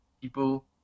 people